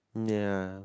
ya